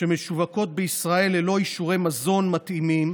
שמשווקות בישראל ללא אישורי מזון מתאימים,